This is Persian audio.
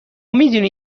میدونی